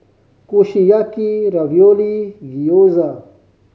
Kushiyaki Ravioli and Gyoza